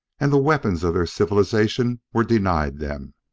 and the weapons of their civilization were denied them.